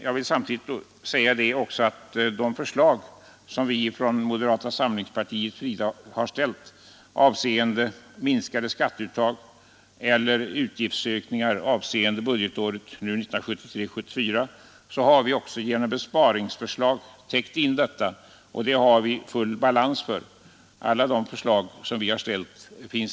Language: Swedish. Jag vill samtidigt säga att vi genom besparingsförslag har full täckning för de krav som vi från moderata samlingspartiet ställt avseende minskade skatteuttag och utgiftsökningar för budgetåret 1973/74. Detta gäller alla de förslag vi har framställt.